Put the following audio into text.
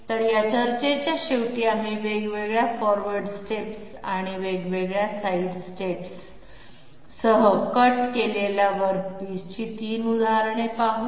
तर या चर्चेच्या शेवटी आम्ही वेगवेगळ्या फॉरवर्ड स्टेप्स आणि वेगवेगळ्या साइड स्टेप्ससह कट केलेल्या वर्कपिसची 3 उदाहरणे पाहू